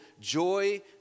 joy